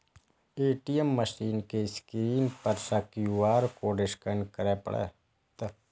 ATM machine के screen पर सं क्यू.आर कोड स्कैन करय पड़तै